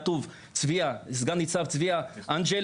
סגן ניצב צביה אנג'ל,